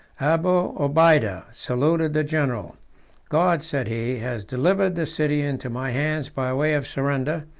abu obeidah saluted the general god, said he, has delivered the city into my hands by way of surrender,